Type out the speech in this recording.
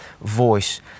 voice